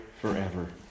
forever